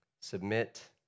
submit